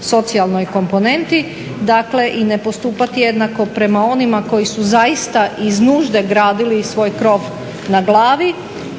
socijalnoj komponentni, dakle i ne postupati jednako prema onima koji su zaista iz nužde gradili svoj krov nad glavom